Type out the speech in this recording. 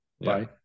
Bye